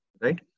right